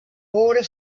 pobre